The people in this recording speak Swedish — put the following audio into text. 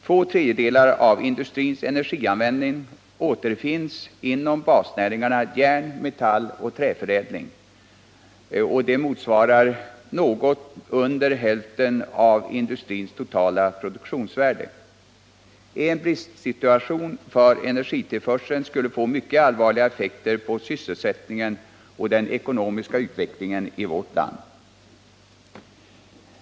Två tredjedelar av industrins energianvändning återfinns inom basnäringarna järn, metall och träförädling, motsvarande något under hälften av industrins totala produktionsvärde. En bristsituation för energitillförseln skulle få mycket allvarliga effekter för sysselsättningen och den ekonomiska utvecklingen i vårt land.